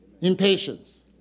Impatience